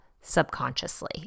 subconsciously